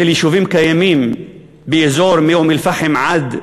של יישובים קיימים באזור שמאום-אלפחם עד ירושלים,